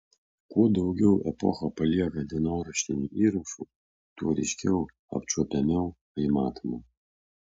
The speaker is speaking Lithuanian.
kuo daugiau epocha palieka dienoraštinių įrašų tuo ryškiau apčiuopiamiau ji matoma